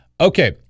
Okay